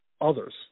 others